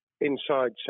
inside